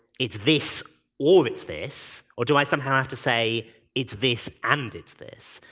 it's this or it's this, or do i somehow have to say it's this and it's this.